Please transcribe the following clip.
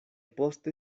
poste